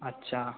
अच्छा